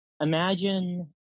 imagine